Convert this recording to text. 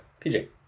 PJ